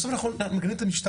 בסוף אנחנו מגנים את המשטרה.